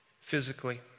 physically